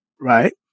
right